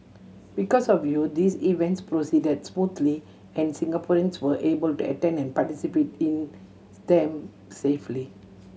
because of you these events proceeded smoothly and Singaporeans were able to attend and participate in them safely